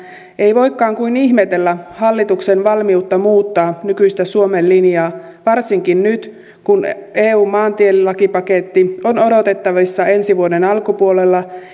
ei voikaan kuin ihmetellä hallituksen valmiutta muuttaa nykyistä suomen linjaa varsinkin nyt kun eun maantielakipaketti on odotettavissa ensi vuoden alkupuolella